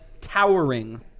Towering